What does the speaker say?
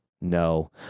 No